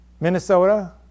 Minnesota